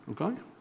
Okay